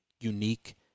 unique